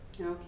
Okay